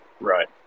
Right